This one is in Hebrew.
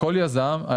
כל יזם.